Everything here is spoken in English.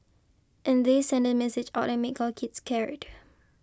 and they send message out and make our kids scared